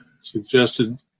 suggested –